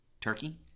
turkey